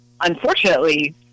unfortunately